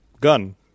gun